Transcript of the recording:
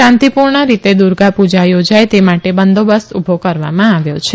શાંતીપુર્ણ રીતે દુર્ગાપુજા યોજાય તે માટે બંદોબસ્ત ઉભો કરવામાં આવ્યો છે